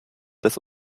des